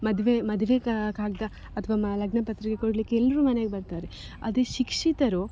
ಮದುವೆ ಮದುವೆ ಕಾಗದ ಅಥವಾ ಮ ಲಗ್ನಪತ್ರಿಕೆ ಕೊಡಲಿಕ್ಕೆ ಎಲ್ಲರು ಮನೆಗೆ ಬರ್ತಾರೆ ಅದೇ ಶಿಕ್ಷಿತರು